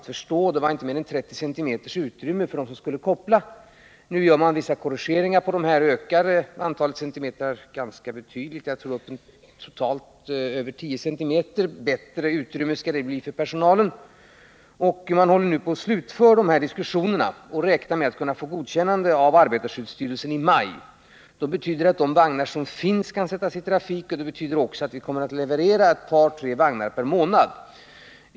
Det var t.ex. inte mer än 30 cm utrymme mellan vagnarna för den som skulle koppla. Nu gör man vissa korrigeringar och ökar antalet centimeter ganska betydligt. Jag tror att utrymmet för personalen totalt sett ökas med mer än 10 cm. Man håller nu på att slutföra dessa diskussioner och räknar med att kunna få ett godkännande av arbetarskyddsstyrelsen i maj. Det betyder att de vagnar som finns kan sättas i trafik. Det betyder också att vi kommer att leverera ett par tre vagnar per månad.